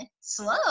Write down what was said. slow